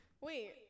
Wait